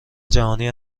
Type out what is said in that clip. جهانی